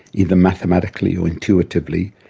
either mathematically or intuitively,